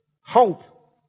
hope